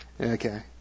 Okay